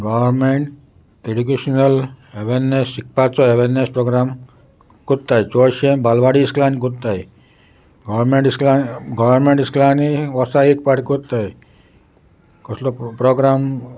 government educational awareness शिकपाचो awareness program करत्ताय चडशें बालवाडी इस्कलान कोत्ताय गव्हवरमेंट इकला गव्हवमेंट इस्कुलांनी वर्सा एक पाट कोत्ताय कसलो प्रोग्राम